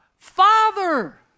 Father